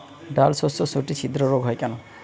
ডালশস্যর শুটি ছিদ্র রোগ হয় কেন?